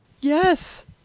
Yes